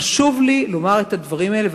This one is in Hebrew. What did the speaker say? חשוב לי לומר את הדברים האלה,